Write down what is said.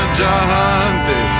jahante